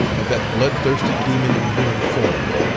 of that bloodthirsty demon in human form,